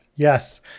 Yes